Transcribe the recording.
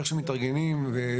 איך שמתארגנים,